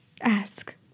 Ask